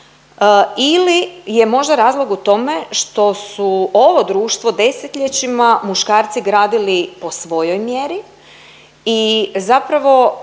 ili je možda razlog u tome što su ovo društvo desetljećima muškarci gradili po svojoj mjeri i zapravo